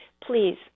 please